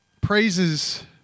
praises